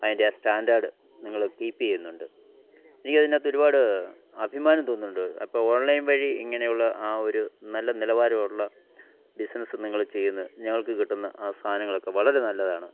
അതിൻ്റെ ആ സ്റ്റാൻഡേഡ് നിങ്ങൾ കീപ്പ് ചെയ്യുന്നുണ്ട് എനിക്ക് അതിനകത്ത് ഒരുപാട് അഭിമാനം തോന്നുന്നുണ്ട് അപ്പോൾ ഓൺലൈൻ വഴി ഇങ്ങനെയുള്ള ആ ഒരു നല്ല നിലവാരം ഉള്ള ബിസിനസ്സ് നിങ്ങൾ ചെയ്യുന്നു ഞങ്ങൾക്ക് കിട്ടുന്ന ആ സാധനങ്ങളൊക്കെ വളരെ നല്ലതാണ്